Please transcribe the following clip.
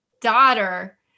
daughter